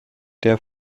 der